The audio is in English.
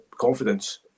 confidence